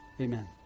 Amen